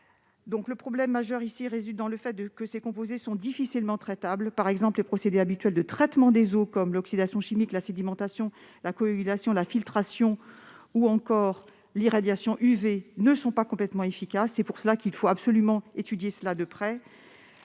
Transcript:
Le problème majeur réside dans le fait que ces composés sont difficilement traitables ; par exemple, les procédés habituels de traitement des eaux, comme l'oxydation chimique, la sédimentation, la coagulation, la filtration ou encore l'irradiation aux ultraviolets ne sont pas complètement efficaces. Voilà pourquoi il faut absolument étudier la question